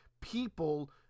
people